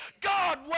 God